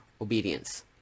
obedience